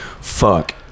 fuck